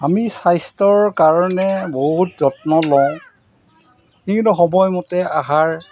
আমি স্বাস্থ্যৰ কাৰণে বহুত যত্ন লওঁ আমি কিন্তু সময়মতে আহাৰ